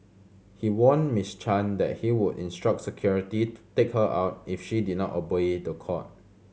he warned Miss Chan that he would instruct security to take her out if she did not obey the court